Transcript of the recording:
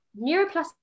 neuroplasticity